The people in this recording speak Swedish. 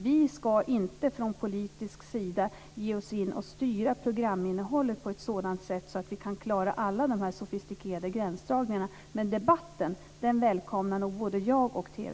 Vi ska inte från politisk sida ge oss in och styra programinnehållet på ett sådant sätt att vi kan klara alla de sofistikerade gränsdragningarna. Men debatten välkomnar nog både jag och TV